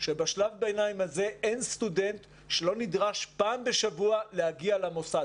שבו אין סטודנט שלא נדרש פעם בשבוע להגיע למוסד,